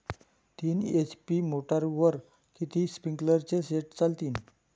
तीन एच.पी मोटरवर किती स्प्रिंकलरचे सेट चालतीन?